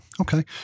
Okay